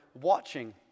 watching